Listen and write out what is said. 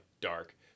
dark